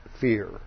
fear